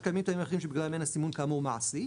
או שקיימים טעמים אחרים שבגללם אין הסימון כאמור מעשי,